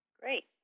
Great